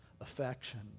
affection